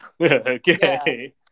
Okay